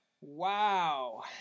Wow